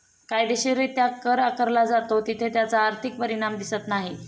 कायदेशीररित्या कर आकारला जातो तिथे त्याचा आर्थिक परिणाम दिसत नाही